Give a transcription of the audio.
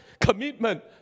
Commitment